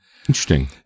Interesting